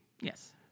Yes